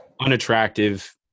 unattractive